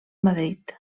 madrid